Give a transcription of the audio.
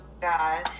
God